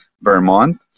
Vermont